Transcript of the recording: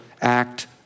act